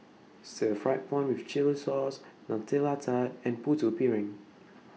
Stir Fried Prawn with Chili Sauce Nutella Tart and Putu Piring